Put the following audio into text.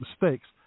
mistakes